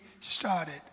started